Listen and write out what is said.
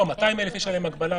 לא, 200,000 יש עליהם הגבלה.